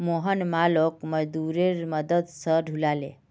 मोहन मालोक मजदूरेर मदद स ढूला ले